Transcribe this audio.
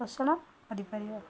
ପୋଷଣ କରିପାରିବ